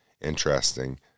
interesting